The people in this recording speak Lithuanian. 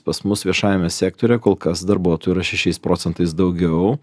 pas mus viešajame sektoriuje kol kas darbuotojų yra šešiais procentais daugiau